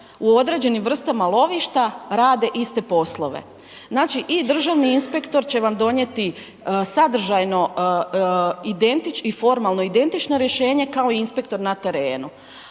u određenim vrstama lovišta, rade iste poslove. Znači i državni inspektor će vam donijeti sadržajno i formalno identično rješenje kao i inspektor na terenu